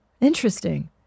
interesting